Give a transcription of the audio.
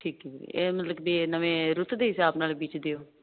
ਠੀਕ ਨਵੇਂ ਰੁੱਤ ਦੇ ਹਿਸਾਬ ਨਾਲ ਬੀਚ ਦਿਓ